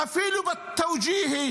בתאוג'יהי,